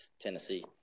Tennessee